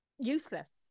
useless